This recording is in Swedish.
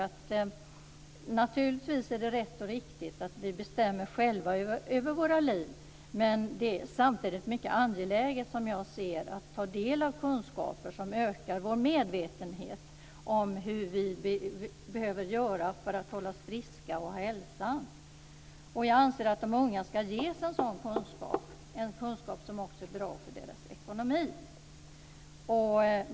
Det är naturligtvis rätt och riktigt att vi själva bestämmer över våra liv, men det är samtidigt mycket angeläget, som jag ser det, att ta del av kunskaper som ökar vår medvetenhet om hur vi skall göra för att hålla oss friska och ha hälsan. Jag anser att de unga skall ges en sådan kunskap, som också är bra för deras ekonomi.